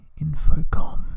Infocom